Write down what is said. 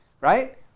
right